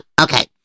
okay